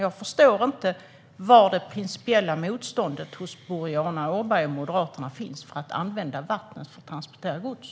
Jag förstår inte varför Boriana Åberg och Moderaterna har ett principiellt motstånd mot att använda vattnet för att transportera gods.